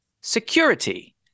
Security